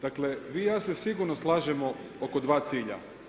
Dakle, vi i ja se sigurno slažemo oko dva cilja.